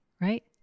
right